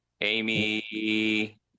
Amy